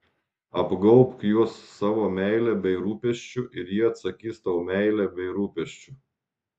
apgaubk juos savo meile bei rūpesčiu ir jie atsakys tau meile bei rūpesčiu